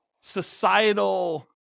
societal